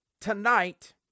Tonight